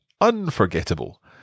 unforgettable